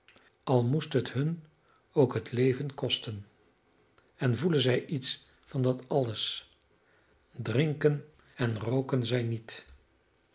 al moest het hun ook het leven kosten en voelen zij iets van dat alles drinken en rooken zij niet